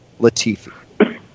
Latifi